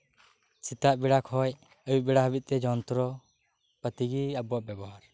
ᱥᱮᱛᱟᱜ ᱵᱮᱲᱟ ᱠᱷᱚᱱ ᱟᱹᱭᱩᱵ ᱵᱮᱲᱟ ᱦᱟᱹᱵᱤᱡ ᱛᱮ ᱡᱚᱱᱛᱨᱚ ᱯᱟᱹᱛᱤᱜᱮ ᱟᱵᱚᱣᱟᱜ ᱵᱮᱵᱚᱦᱟᱨ